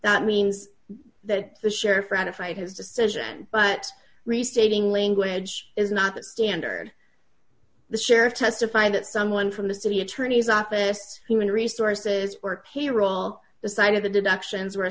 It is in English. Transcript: that means that the sheriff ratify his decision but restating language is not the standard the sheriff testified that someone from the city attorney's office human resources or payroll the site of the deductions